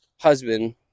husband